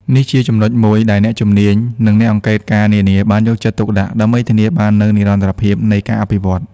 នេះជាចំណុចមួយដែលអ្នកជំនាញ និងអ្នកអង្កេតការណ៍នានាបានយកចិត្តទុកដាក់ ដើម្បីធានាបាននូវនិរន្តរភាពនៃការអភិវឌ្ឍន៍។